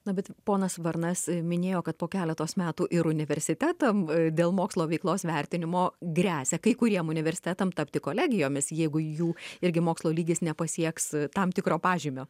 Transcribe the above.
na bet ponas varnas minėjo kad po keleto metų ir universitetams dėl mokslo veiklos vertinimo gresia kai kuriems universitetams tapti kolegijomis jeigu jų irgi mokslo lygis nepasieks tam tikro pažymio